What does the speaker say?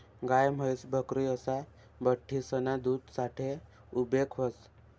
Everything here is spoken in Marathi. गाय, म्हैस, बकरी असा बठ्ठीसना दूध साठे उपेग व्हस